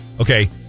okay